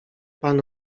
pan